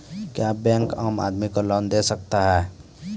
क्या बैंक आम आदमी को लोन दे सकता हैं?